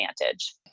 advantage